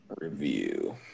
review